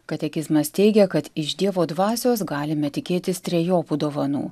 katekizmas teigia kad iš dievo dvasios galime tikėtis trejopų dovanų